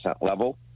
level